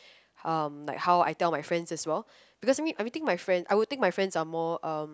um like how I tell my friends as well because I would think my friends are more um